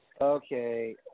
Okay